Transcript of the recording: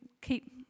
keep